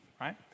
right